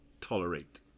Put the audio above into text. tolerate